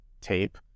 tape